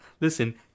Listen